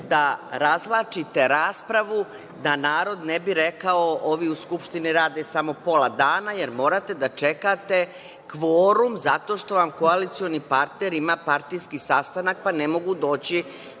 da razvlačite raspravu da narod ne bi rekao - ovi u Skupštini rade samo pola dana, jer morate da čekate kvorum zato što vam koalicioni partner ima partijski sastanak, pa ne mogu doći